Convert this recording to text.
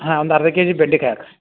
ಹಾಂ ಒಂದು ಅರ್ಧ ಕೆ ಜಿ ಬೆಂಡೆಕಾಯ್ ಹಾಕಿರಿ